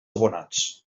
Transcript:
abonats